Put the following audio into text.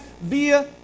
via